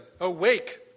Awake